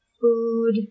food